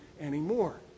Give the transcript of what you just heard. anymore